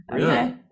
Okay